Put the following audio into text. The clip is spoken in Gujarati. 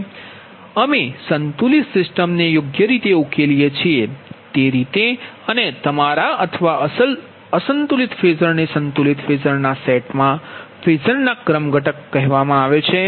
અમે સંતુલિત સિસ્ટમને યોગ્ય રીતે ઉકેલી છે તે રીતે અને તમારા અથવા અસલ અસંતુલિત ફેઝરને સંતુલિત ફેઝરના આ સેટને ફેઝર ક્રમ ઘટક કહેવામાં આવે છે